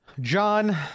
john